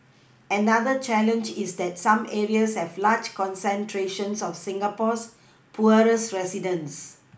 another challenge is that some areas have large concentrations of Singapore's poorest residents